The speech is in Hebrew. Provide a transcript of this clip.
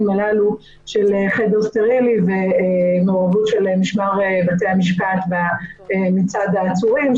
הללו של חדר סטרילי ומעורבות של משמר בתי המשפט מצד העצורים,